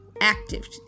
active